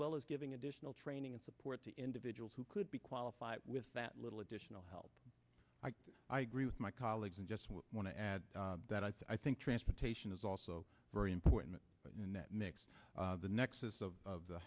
well as giving additional training and support to individuals who could be qualified with that little additional help i agree with my colleagues and just want to add that i think transportation is also very important in that mix the nexus of